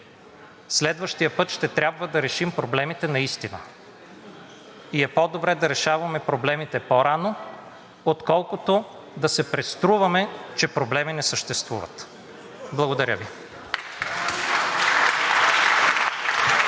следващия път ще трябва да решим проблемите наистина и е по-добре да решаваме проблемите по-рано, отколкото да се преструваме, че проблеми не съществуват. Благодаря Ви.